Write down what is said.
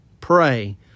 pray